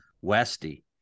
Westy